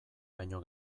baino